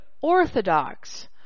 orthodox